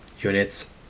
units